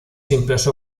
impreso